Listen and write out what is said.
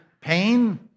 pain